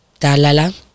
Dalala